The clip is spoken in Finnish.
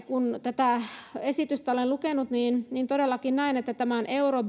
kun tätä esitystä olen lukenut niin niin todellakin näen että tämä euro